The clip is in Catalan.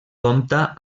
compta